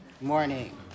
morning